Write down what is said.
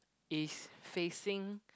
is facing